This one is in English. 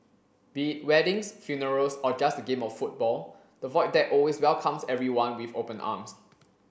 be it weddings funerals or just a game of football the Void Deck always welcomes everyone with open arms